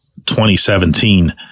2017